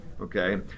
okay